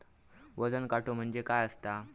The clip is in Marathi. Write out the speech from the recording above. वजन काटो म्हणजे काय असता?